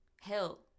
Hill